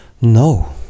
No